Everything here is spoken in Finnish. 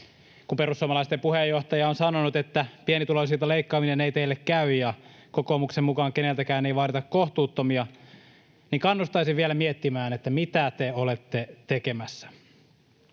Kun perussuomalaisten puheenjohtaja on sanonut, että pienituloisilta leikkaaminen ei teille käy ja kokoomuksen mukaan keneltäkään ei vaadita kohtuuttomia, niin kannustaisin vielä miettimään, mitä te olette tekemässä.